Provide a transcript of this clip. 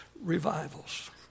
revivals